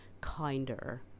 kinder